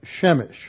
Shemesh